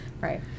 right